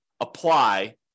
apply